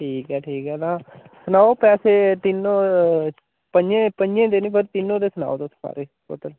ठीक ऐ ठीक ऐ तां सनाओ पैसे तिन पंजे दे नि पर तिनो दे सनाओ तुस सारे टोटल